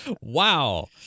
Wow